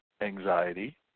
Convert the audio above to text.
anxiety